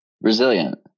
Resilient